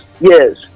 yes